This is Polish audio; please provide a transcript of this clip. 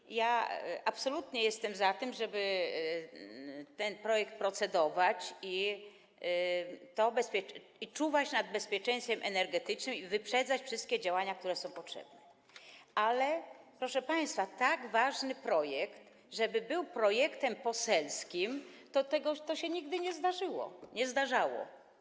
I ja absolutnie jestem za tym, żeby nad tym projektem procedować i czuwać nad bezpieczeństwem energetycznym, i wyprzedzać wszystkie działania, które są potrzebne, ale proszę państwa, tak ważny projekt, żeby był projektem poselskim, to się nigdy nie zdarzyło, nie zdarzało.